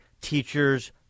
teachers